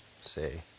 Say